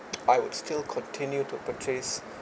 I would still continue to purchase